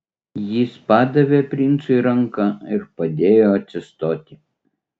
jis padavė princui ranką ir padėjo atsistoti